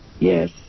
Yes